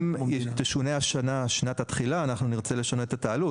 אם תשונה שנת התחילה אנחנו נרצה לשנות את העלות.